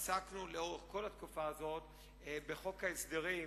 עסקנו לאורך כל התקופה הזאת בחוק ההסדרים